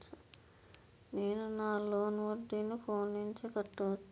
నేను నా లోన్ వడ్డీని ఫోన్ నుంచి కట్టవచ్చా?